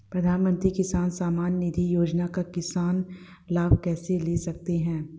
प्रधानमंत्री किसान सम्मान निधि योजना का किसान लाभ कैसे ले सकते हैं?